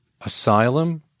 asylum